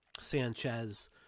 Sanchez